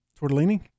tortellini